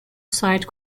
site